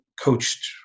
coached